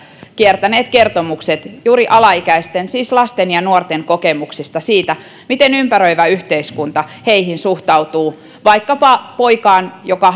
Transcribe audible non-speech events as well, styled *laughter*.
kiertäneet kertomukset juuri alaikäisten siis lasten ja nuorten kokemuksista siitä miten ympäröivä yhteiskunta heihin suhtautuu vaikkapa poikaan joka *unintelligible*